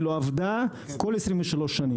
היא לא עבדה כל 23 שנים.